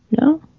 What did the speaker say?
No